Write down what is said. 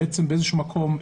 באיזשהו מקום,